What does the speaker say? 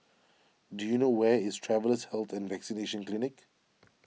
do you know where is Travellers' Health and Vaccination Clinic